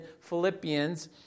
Philippians